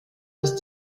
dass